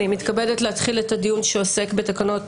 אני מתכבדת להתחיל את הדיון שעוסק בתקנות